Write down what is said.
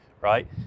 right